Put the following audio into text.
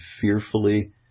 fearfully